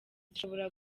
zishobora